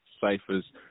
ciphers